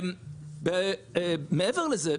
מעבר לזה,